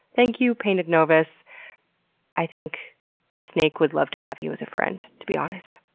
thank you, paintednovis. i think a snake would love to have you as a friend, to be honest.